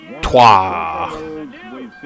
trois